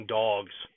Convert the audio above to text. dogs